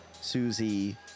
Susie